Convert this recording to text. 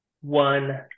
one